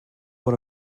what